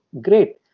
great